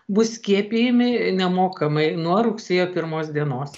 bus skiepijami nemokamai nuo rugsėjo pirmos dienos